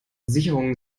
sicherungen